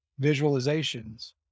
visualizations